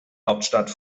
hauptstadt